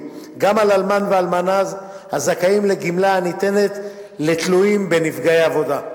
גם על אלמן ואלמנה הזכאים לגמלה הניתנת לתלויים בנפגעי עבודה.